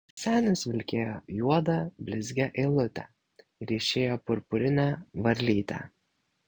senis vilkėjo juodą blizgią eilutę ryšėjo purpurinę varlytę